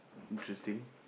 interesting